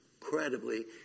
incredibly